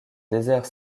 désert